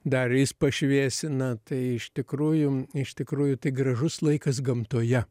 dar jis pašviesina tai iš tikrųjų iš tikrųjų tai gražus laikas gamtoje